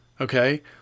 Okay